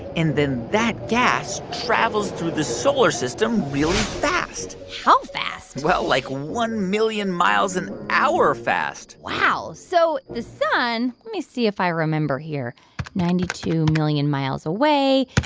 and then that gas travels through the solar system really fast how fast? well, like one million miles an hour fast wow. so the sun let me see if i remember here ninety two million miles away.